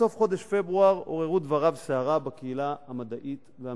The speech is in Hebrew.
בסוף חודש פברואר עוררו דבריו סערה בקהילה המדעית והמחקרית.